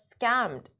scammed